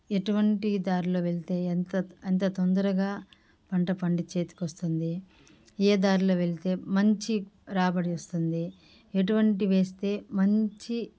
ఎటువంటి దారిలో వెళితే ఎంత ఎంత తొందరగా పంట పండి చేతికి వస్తుంది ఏ దారిలో వెళితే మంచి రాబడి వస్తుంది ఎటువంటి వేస్తే మంచి